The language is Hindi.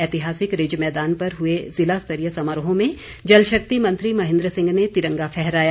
ऐतिहासिक रिज मैदान पर हुए ज़िला स्तरीय समारोह में जल शक्ति मंत्री महेंद्र सिंह ने तिरंगा फहराया